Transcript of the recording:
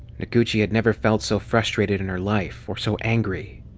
noguchi had never felt so frustrated in her life, or so angry.